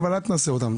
אבל אל תנסה אותם,